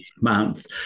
month